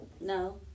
no